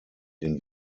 den